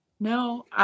No